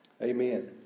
Amen